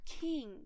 king